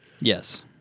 Yes